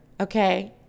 okay